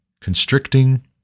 constricting